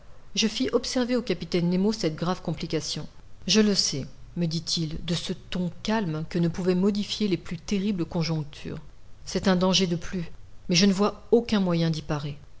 je fis observer au capitaine nemo cette grave complication je le sais me dit-il de ce ton calme que ne pouvaient modifier les plus terribles conjonctures c'est un danger de plus mais je ne vois aucun moyen